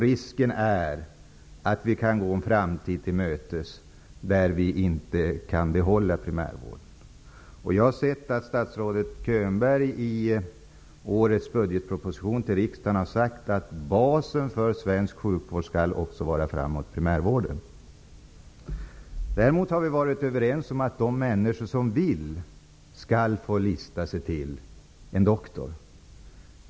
Risken är att vi kan gå en framtid till mötes där vi inte kan behålla primärvården. Jag har sett att statsrådet Könberg i årets budgetproposition har sagt att basen för svensk sjukvård också framöver skall vara primärvården. Vi har varit överens om att de människor som vill skall få lista sig för en doktor.